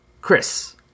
Chris